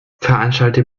veranstalte